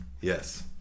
Yes